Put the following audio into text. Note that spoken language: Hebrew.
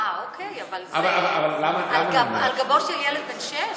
אה, אוקיי, אבל זה על גבו של ילד בן שש.